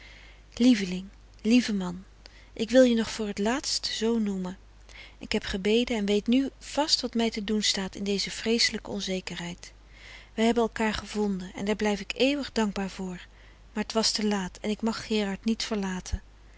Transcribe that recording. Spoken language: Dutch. lieveling lieve man ik wil je nog voor t laatst zoo noemen ik heb gebeden en weet nu vast wat mij te doen staat in deze vreeselijke onzekerheid wij hebben elkaar gevonden en daar blijf ik eeuwig dankbaar voor maar t was te laat en ik mag gerard niet verlaten